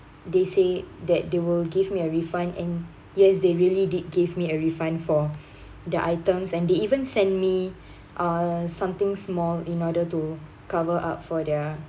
they say that they will give me a refund and yes they really did give me a refund for the items and they even send me uh something small in order to cover up for their